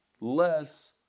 less